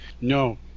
No